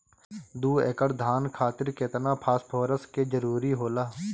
दु एकड़ धान खातिर केतना फास्फोरस के जरूरी होला?